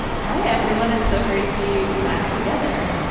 hi, everyone. it's so great to be back together.